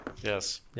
Yes